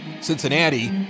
Cincinnati